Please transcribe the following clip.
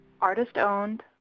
Artist-owned